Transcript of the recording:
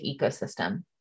ecosystem